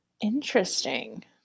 Interesting